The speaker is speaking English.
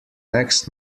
next